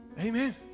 amen